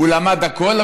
הוא למד הכול,